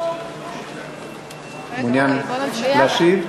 מעוניין להשיב?